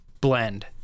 blend